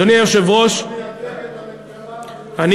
אדוני היושב-ראש, אתה מייצג את הממשלה?